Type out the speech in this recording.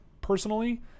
personally